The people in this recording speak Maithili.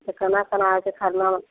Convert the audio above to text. से केना केना होयतै खरनामे